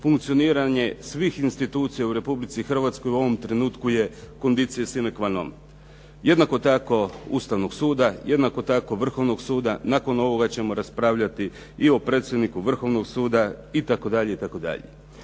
funkcioniranje svih institucija u Republici Hrvatskoj u ovom trenutku je conditio sine qua non. Jednako tako Ustavnog suda, jednako tako Vrhovnog suda, nakon ovoga ćemo raspravljati i o predsjedniku Vrhovnog suda itd.,